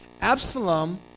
Absalom